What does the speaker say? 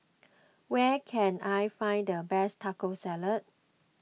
where can I find the best Taco Salad